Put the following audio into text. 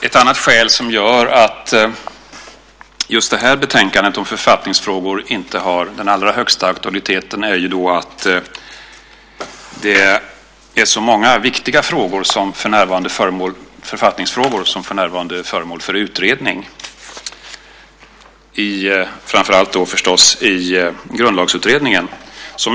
Ett annat skäl som gör att just det här betänkandet om författningsfrågor inte har den allra högsta aktualiteten är att det är så många viktiga författningsfrågor som för närvarande är föremål för utredning, framför allt i Grundlagsutredningen förstås.